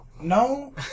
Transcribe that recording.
No